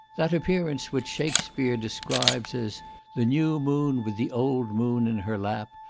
that appearance which shakespear describes as the new moon, with the old moon in her lap,